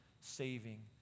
saving